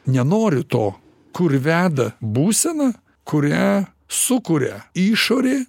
nenoriu to kur veda būsena kurią sukuria išorė